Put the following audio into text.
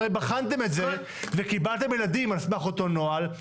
הרי בחנתם את זה וקיבלתם ילדים על סמך אותו נוהל,